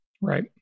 Right